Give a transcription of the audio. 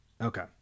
okay